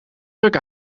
ruk